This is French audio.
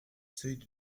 seuil